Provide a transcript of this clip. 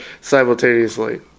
simultaneously